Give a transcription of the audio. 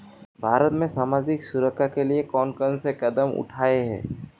भारत में सामाजिक सुरक्षा के लिए कौन कौन से कदम उठाये हैं?